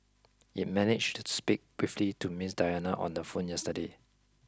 it managed to speak briefly to Ms Diana on the phone yesterday